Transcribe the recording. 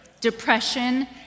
depression